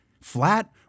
flat